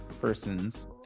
persons